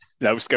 No